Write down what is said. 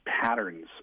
patterns